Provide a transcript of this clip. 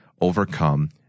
overcome